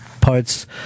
parts